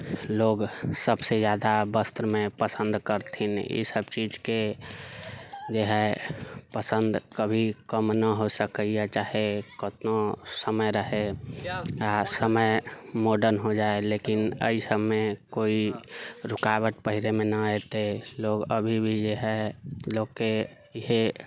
लोग सभसँ जादा वस्त्रमे पसन्द करथिन ईसभ चीजके जे है पसन्द कभी कम न हो सकैया चाहे केतबो समय रहै आ समय मॉडर्न हो जाइ लेकिन एहि सभमे कोइ रुकावट पहिरेमे न हेतै लोग अभी भी जेहे लोगके इहै